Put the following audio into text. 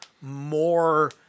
more